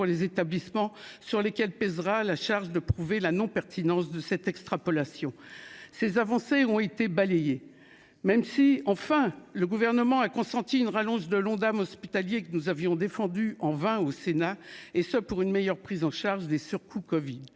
pour les établissements sur lesquels pèsera la charge de prouver la non-pertinence de cette extrapolation ces avancées ont été balayées, même si, enfin, le gouvernement a consenti une rallonge de l'Ondam hospitalier que nous avions défendu en vain au Sénat, et ce, pour une meilleure prise en charge des surcoûts Covid